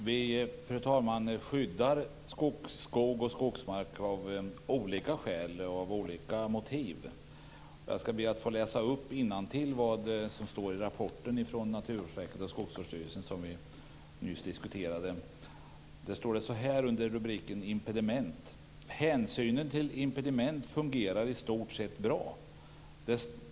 Fru talman! Vi skyddar skog och skogsmark av olika skäl, och motiven varierar. Jag skall be att få läsa innantill vad som står i den rapport från Naturvårdsverket och Skogsvårdsstyrelsen som vi nyss har diskuterat. Det står så här under rubriken Impediment: Hänsynen till impediment fungerar i stort sett bra.